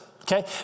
okay